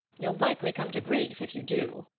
you'll likely come to grief if you do.